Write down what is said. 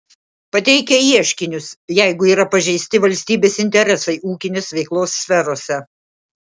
pateikia ieškinius jeigu yra pažeisti valstybės interesai ūkinės veiklos sferose